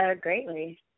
Greatly